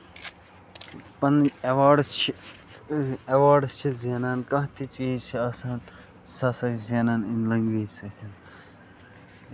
پَنُن ایواڈٔس چھِ ایواڈٔس چھِ زینان کانہہ تہِ چیٖز چھُ آسان سُہ ہسا چھِ زینان اَمہِ لینگویج سۭتۍ